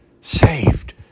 saved